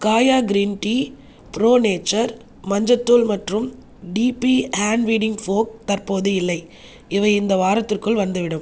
காயா green tea pro nature மஞ்சத்தூள் மற்றும் டிபி ஹேன்ட் வீடிங் ஃபோக் தற்போது இல்லை இவை இந்த வாரத்திற்குள் வந்துவிடும்